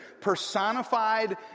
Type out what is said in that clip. personified